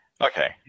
Okay